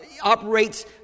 ...operates